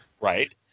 Right